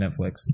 Netflix